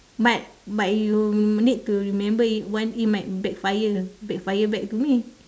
but but you need to remember it one it might backfire backfire back to me